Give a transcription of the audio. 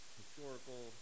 historical